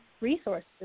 resources